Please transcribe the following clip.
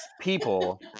people